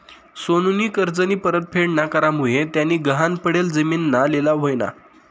सोनूनी कर्जनी परतफेड ना करामुये त्यानी गहाण पडेल जिमीनना लिलाव व्हयना